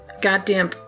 Goddamn